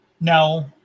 no